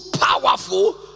powerful